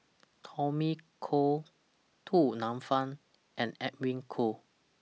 Tommy Koh Du Nanfa and Edwin Koo